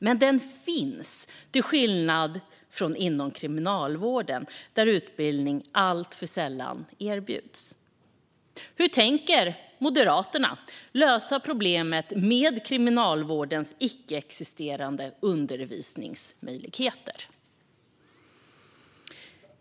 Men den finns, till skillnad från hur det är inom Kriminalvården, där utbildning alltför sällan erbjuds. Hur tänker Moderaterna lösa problemet med Kriminalvårdens icke-existerande undervisningsmöjligheter?